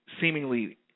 seemingly